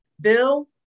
bill